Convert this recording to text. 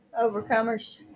overcomers